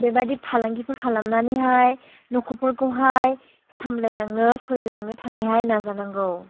बेबादि फालांगिफोर खालामनानैहाय नखरफोरखौहाय सामलायलांनो सोलिलांनो थाखायहाय नाजानांगौ